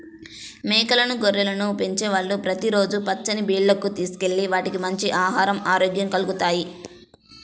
మేకలు, గొర్రెలను పెంచేవాళ్ళు ప్రతి రోజూ పచ్చిక బీల్లకు తీసుకెళ్తే వాటికి మంచి ఆహరం, ఆరోగ్యం కల్గుతాయి